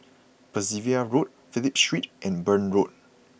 Percival Road Phillip Street and Burn Road